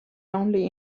only